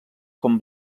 com